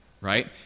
right